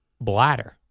bladder